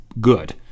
good